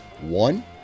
one